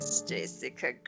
Jessica